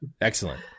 Excellent